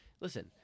listen